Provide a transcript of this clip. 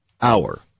hour